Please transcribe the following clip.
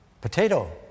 Potato